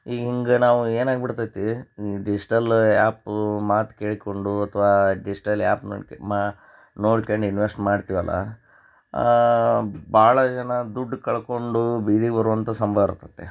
ಈಗ ಹಿಂಗೆ ನಾವು ಏನಾಗಿಬಿಡ್ತೈತಿ ಡಿಜಿಟಲ್ ಆ್ಯಪು ಮಾತು ಕೇಳಿಕೊಂಡು ಅಥವಾ ಡಿಜ್ಟಲ್ ಆ್ಯಪ್ ನೋಡ್ಕ ಮಾ ನೋಡ್ಕಂಡು ಇನ್ವೆಶ್ಟ್ ಮಾಡ್ತೀವಲ್ಲ ಭಾಳ ಜನ ದುಡ್ಡು ಕಳ್ಕೊಂಡು ಬೀದಿಗೆ ಬರುವಂಥ ಸಂಭಾವ ಇರ್ತದೆ